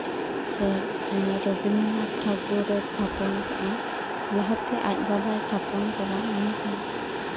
ᱥᱮ ᱨᱚᱵᱤᱱᱫᱚᱨᱚᱱᱟᱛᱷ ᱴᱷᱟᱹᱠᱩᱨ ᱮ ᱛᱷᱟᱯᱚᱱ ᱞᱮᱫᱼᱟ ᱞᱟᱦᱟᱛᱮ ᱟᱡ ᱵᱟᱵᱟᱭ ᱛᱷᱟᱯᱚᱱ ᱠᱟᱫᱟ ᱢᱮᱱᱠᱷᱟᱱ